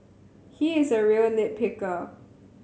he is a real nit picker